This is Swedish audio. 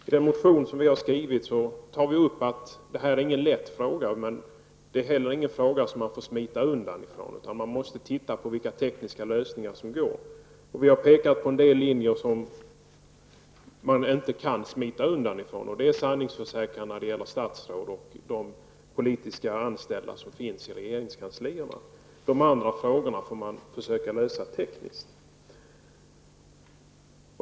I den motion som vi har skrivit framhåller vi att det här inte är någon lätt fråga, men heller ingen fråga som man får smita undan från. Man får titta på vilka tekniska lösningar som går att genomföra. Vi har pekat på en del linjer som man inte kan smita undan ifrån, och en sådan är sanningsförsäkran när det gäller statsråd och de politiskt anställda i regeringskanslierna. De andra frågorna får man försöka lösa tekniskt.